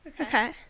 Okay